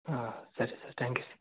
ಹಾಂ ಸರಿ sir thank you ಸ